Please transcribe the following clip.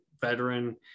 veteran